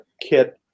kit